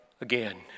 again